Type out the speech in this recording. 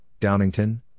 Downington